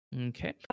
Okay